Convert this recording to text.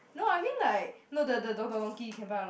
no I mean like no the Don-Don-Donki can buy a lot